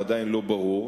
עדיין לא ברור,